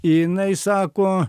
jinai sako